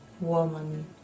Woman